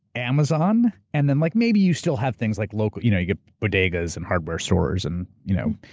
amazon and then like maybe you still have things like local, you know you get bodegas and hardware stores, and you know,